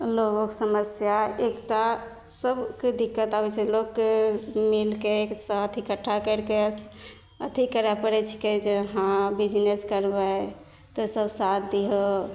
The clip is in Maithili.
लोकोकेँ समस्या एकटा सभकेँ दिक्कत आबै छै लोककेँ मिलिके एकसाथ एकट्ठा करिके अथी करै पड़ै छिकै जे हँ बिजनेस करबै तोँ सभ साथ दिहो